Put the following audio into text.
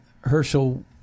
Herschel